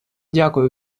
дякую